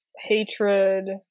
Hatred